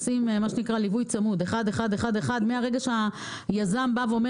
עושים ליווי צמוד מהרגע שהיזם בא ואומר